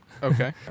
Okay